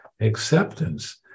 acceptance